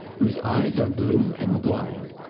whose eyes are blue and blind,